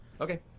Okay